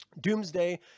doomsday